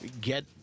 get